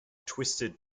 twisted